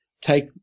take